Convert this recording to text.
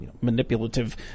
manipulative